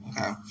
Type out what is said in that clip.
Okay